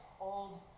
old